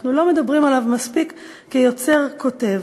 אנחנו לא מדברים עליו מספיק כיוצר כותב,